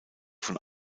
von